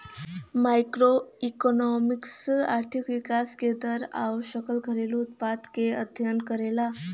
macroeconomics आर्थिक विकास क दर आउर सकल घरेलू उत्पाद क अध्ययन करला